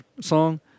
song